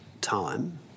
time